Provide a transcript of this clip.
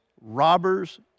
robbers